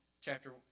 Chapter